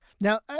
Now